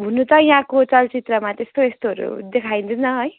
हुनु त यहाँको चलचित्रमा त्यस्तो यस्तोहरू देखाइँदैन है